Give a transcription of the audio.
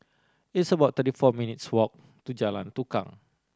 it's about thirty four minutes' walk to Jalan Tukang